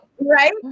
Right